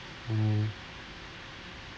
mm